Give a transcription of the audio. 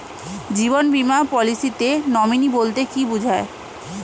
জীবন বীমা পলিসিতে নমিনি বলতে কি বুঝায়?